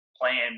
playing